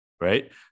Right